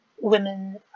women